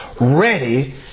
ready